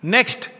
Next